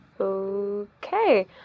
Okay